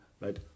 right